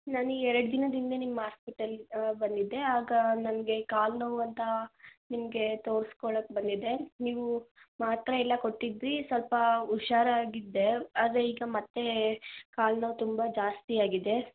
ನಾನು ಎರಡು ದಿನದ ಹಿಂದೆ ನಿಮ್ಮ ಆಸ್ಪಿಟಲ್ಗೆ ಬಂದಿದ್ದೆ ಆಗ ನನಗೆ ಕಾಲುನೋವು ಅಂತ ನಿಮಗೆ ತೋರ್ಸ್ಕೊಳ್ಳೋಕೆ ಬಂದಿದ್ದೆ ನೀವು ಮಾತ್ರೆ ಎಲ್ಲ ಕೊಟ್ಟಿದ್ರಿ ಸ್ವಲ್ಪ ಹುಷಾರಾಗಿದ್ದೆ ಆದರೆ ಈಗ ಮತ್ತೆ ಕಾಲ್ನೋವು ತುಂಬ ಜಾಸ್ತಿ ಆಗಿದೆ